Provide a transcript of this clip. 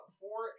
four